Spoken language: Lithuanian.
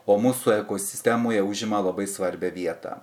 o mūsų ekosistemoje užima labai svarbią vietą